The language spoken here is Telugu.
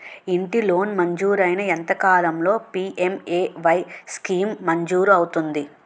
ఇంటి లోన్ మంజూరైన ఎంత కాలంలో పి.ఎం.ఎ.వై స్కీమ్ మంజూరు అవుతుంది?